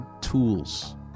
tools